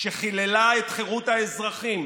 שחיללה את חירות האזרחים